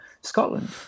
Scotland